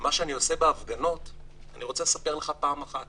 מה שאני עושה בהפגנות אני רוצה לספר לך פעם אחת